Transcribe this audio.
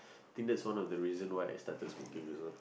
I think that's one of the reason why I started smoking also